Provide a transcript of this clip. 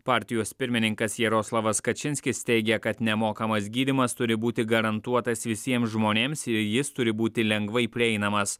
partijos pirmininkas jaroslavas kačinskis teigia kad nemokamas gydymas turi būti garantuotas visiem žmonėms ir jis turi būti lengvai prieinamas